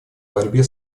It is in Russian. борьбе